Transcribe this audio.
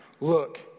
Look